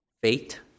Fate